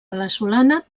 veneçolana